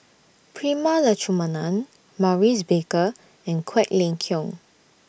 Prema Letchumanan Maurice Baker and Quek Ling Kiong